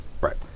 Right